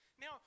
Now